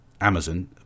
Amazon